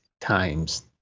times